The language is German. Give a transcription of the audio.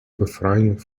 befreiung